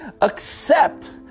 accept